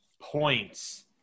points